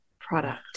product